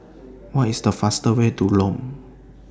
What IS The fastest Way to Lome